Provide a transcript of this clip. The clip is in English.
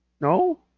no